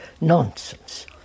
nonsense